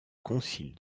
concile